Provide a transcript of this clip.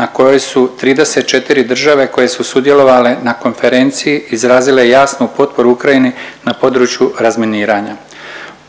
na kojoj su 34 države koje su sudjelovale na konferenciji izrazile jasnu potporu Ukrajini na području razminiranja.